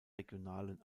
regionalen